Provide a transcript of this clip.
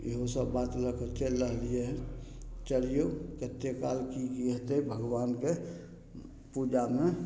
इएहो सब बात लअ कऽ चलि रहलियै हन चलियौ कते काल की की हेतय भगवानके पूजामे